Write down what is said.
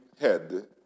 head